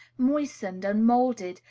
moistened, and moulded,